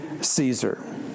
Caesar